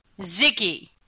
Ziggy